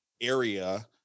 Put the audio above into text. area